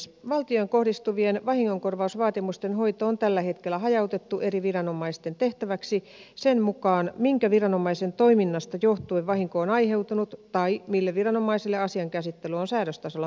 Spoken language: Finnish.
valtioon kohdistuvien vahingonkorvausvaatimusten hoito on tällä hetkellä hajautettu eri viranomaisten tehtäväksi sen mukaan minkä viranomaisen toiminnasta johtuen vahinko on aiheutunut tai mille viranomaiselle asian käsittely on säädöstasolla määrätty